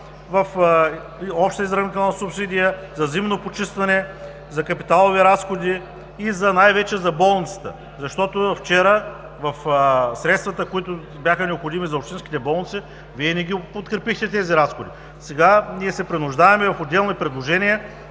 в обща изравнителна субсидия, за зимно почистване, за капиталови разходи и най-вече за болницата. Вчера в средствата, които бяха необходими за общинските болници, Вие не ги подкрепихте тези разходи! Сега ние се принуждаваме в отделни предложения